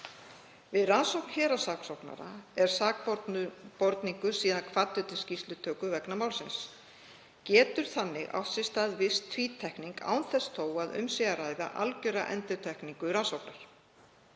Við rannsókn héraðssaksóknara er sakborningur síðan kvaddur til skýrslutöku vegna málsins. Getur þannig átt sér stað viss tvítekning án þess þó að um sé að ræða algjöra endurtekningu rannsóknar.